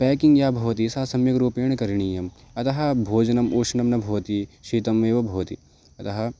packing या भवति सा सम्यग्रूपेण करणीयं अतः भोजनम् उष्णं न भवति शीतम् एव भवति अतः